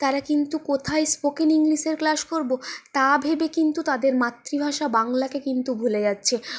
তারা কিন্তু কোথায় স্পোকেন ইংলিশের ক্লাস করব তা ভেবে কিন্তু তাদের মাতৃভাষা বাংলাকে কিন্তু ভুলে যাচ্ছে